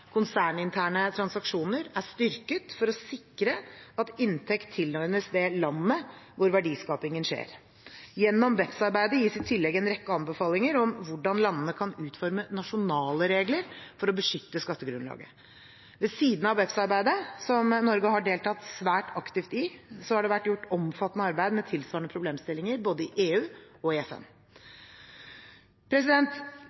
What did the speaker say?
konserninterne transaksjoner er styrket for å sikre at inntekt tilordnes det landet hvor verdiskapingen skjer. Gjennom BEPS-arbeidet gis i tillegg en rekke anbefalinger om hvordan landene kan utforme nasjonale regler for å beskytte skattegrunnlaget. Ved siden av BEPS-arbeidet, som Norge har deltatt svært aktivt i, har det vært gjort omfattende arbeid med tilsvarende problemstillinger i både EU og